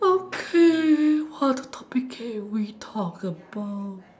okay what are the topic can we talk about